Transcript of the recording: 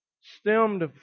stemmed